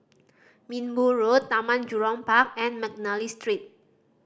Minbu Road Taman Jurong Park and McNally Street